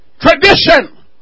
tradition